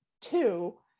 two